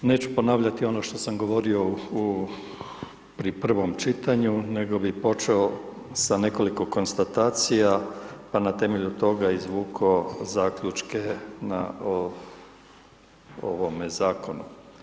Neću ponavljati ono što sam govorio pri prvom čitanju, nego bih počeo sa nekoliko konstatacija pa na temelju toga izvukao zaključke o ovome zakonu.